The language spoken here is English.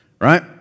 right